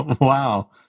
Wow